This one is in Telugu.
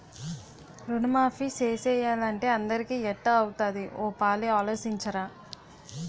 రుణమాఫీ సేసియ్యాలంటే అందరికీ ఎట్టా అవుతాది ఓ పాలి ఆలోసించరా